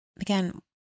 Again